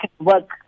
work